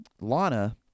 Lana